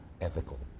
ethical